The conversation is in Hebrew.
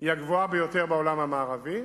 היא הגבוהה ביותר בעולם המערבי,